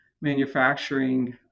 manufacturing